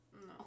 no